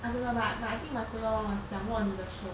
I don't know but I I think my favourite one was 想握你的手